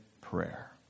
prayer